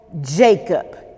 Jacob